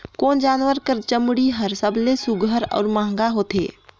कोन जानवर कर चमड़ी हर सबले सुघ्घर और महंगा होथे?